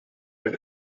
are